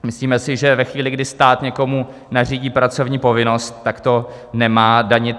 Myslíme si, že ve chvíli, kdy stát někomu nařídí pracovní povinnost, tak to nemá danit.